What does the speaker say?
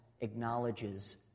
acknowledges